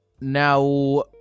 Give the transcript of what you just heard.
Now